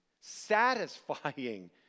satisfying